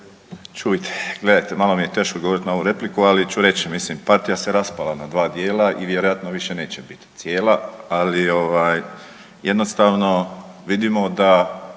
Burić, gledajte malo mi je teško govoriti na ovu repliku ali ću reći. Mislim partija se raspala na dva dijela i vjerojatno više neće biti cijela. Ali jednostavno vidimo da